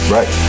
Right